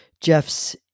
Jeff's